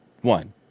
One